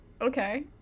Okay